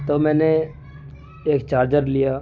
تو میں نے ایک چارجر لیا